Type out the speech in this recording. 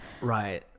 Right